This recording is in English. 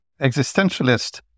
existentialist